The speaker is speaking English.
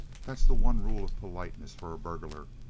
that's the one rule of politeness for a burglar,